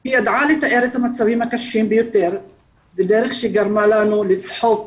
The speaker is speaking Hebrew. היא ידעה לתאר את המצבים הקשים ביותר בדרך שגרמה לנו לצחוק